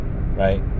Right